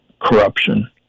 corruption